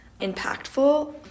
impactful